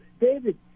David